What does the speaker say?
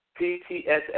PTSS